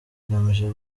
igamije